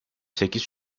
sekiz